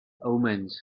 omens